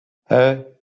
hey